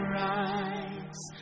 rise